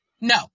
No